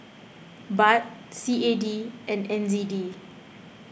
Baht C A D and N Z D